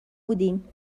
بودیم